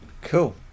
Cool